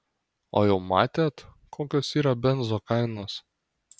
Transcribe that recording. o jau matėt kokios yra benzo kainos